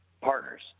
partners